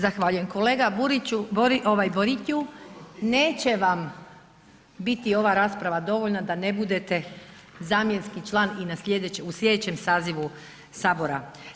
Zahvaljujem kolega Boriću, neće vam biti ova rasprava dovoljna da ne budete zamjenski član i u sljedećem sazivu Sabora.